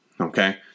Okay